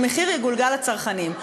המחיר יגולגל לצרכנים.